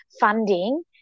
funding